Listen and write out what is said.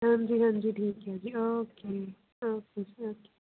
ਹਾਂਜੀ ਹਾਂਜੀ ਠੀਕ ਹੈ ਜੀ ਓਕੇ ਓਕੇ ਜੀ ਓਕੇ